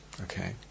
Okay